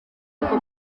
ngo